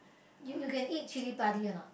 you you can eat chili-padi a not